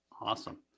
awesome